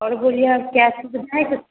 और बोलिए और क्या सुविधा